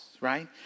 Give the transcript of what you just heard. right